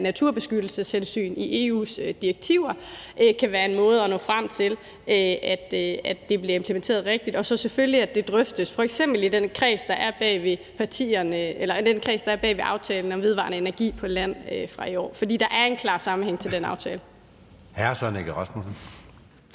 naturbeskyttelseshensyn i EU's direktiver – kan det være en måde at nå frem til, at det bliver implementeret rigtigt. Og så skal det selvfølgelig drøftes, f.eks. i den kreds, der er bag aftalen fra i år om vedvarende energi på land, for der er en klar sammenhæng til den aftale.